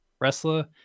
wrestler